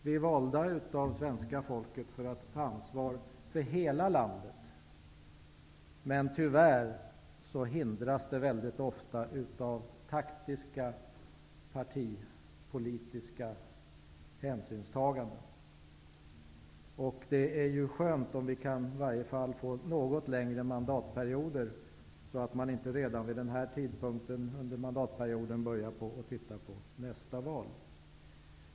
Vi är valda av svenska folket för att ta ansvar för hela landet. Tyvärr hindras detta mycket ofta av taktiska partipolitiska hänsynstaganden. Det vore skönt om vi kunde få något längre mandatperioder, så att man inte redan vid den här tidpunkten under mandatperioden börjar titta på nästa val.